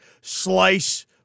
slice